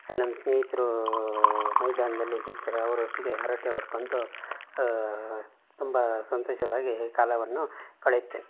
ಅಲ್ಲಿ ನಮ್ಮ ಸ್ನೇಹಿತರೂ ಮೈದಾನದಲ್ಲಿ ಸಿಗ್ತಾರೆ ಅವರೊಟ್ಟಿಗೆ ಹರಟೆ ಹೊಡ್ಕೊಂಡು ತುಂಬ ಸಂತೋಷವಾಗಿ ಕಾಲವನ್ನು ಕಳೆಯುತ್ತೇನೆ